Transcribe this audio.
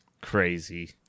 Crazy